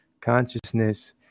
consciousness